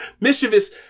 mischievous